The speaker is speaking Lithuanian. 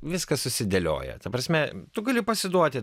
viskas susidėlioja ta prasme tu gali pasiduoti